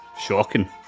Shocking